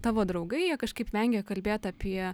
tavo draugai jie kažkaip vengė kalbėt apie